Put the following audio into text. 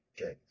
Okay